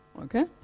okay